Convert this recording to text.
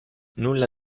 nulla